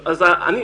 הנה,